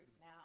now